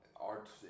art